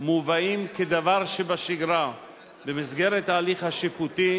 מובאים כדבר שבשגרה במסגרת ההליך השיפוטי,